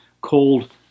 called